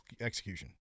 execution